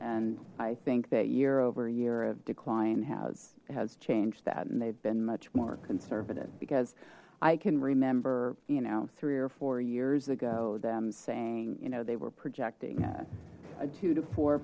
and i think that year over year of decline has has changed that and they've been much more conservative because i can remember you know three or four years ago them saying you know they were projecting a a two to four